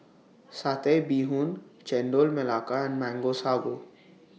Satay Bee Hoon Chendol Melaka and Mango Sago